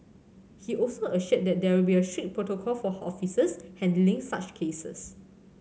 he also assured that there will be strict protocol for officers handling such cases